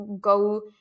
go